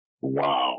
Wow